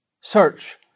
Search